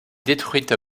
détruite